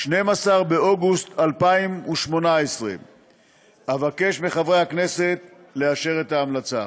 12 באוגוסט 2018. אבקש מחברי הכנסת לאשר את ההמלצה.